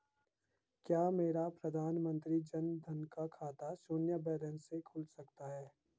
क्या मेरा प्रधानमंत्री जन धन का खाता शून्य बैलेंस से खुल सकता है?